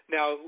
Now